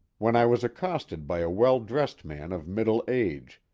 when i was accosted by a well-dressed man of middle age,